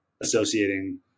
associating